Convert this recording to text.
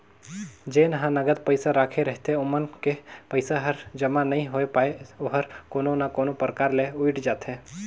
जेन ह नगद पइसा राखे रहिथे ओमन के पइसा हर जमा नइ होए पाये ओहर कोनो ना कोनो परकार ले उइठ जाथे